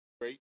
great